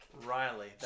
Riley